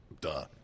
Duh